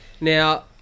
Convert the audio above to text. Now